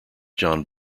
john